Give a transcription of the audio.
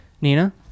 Nina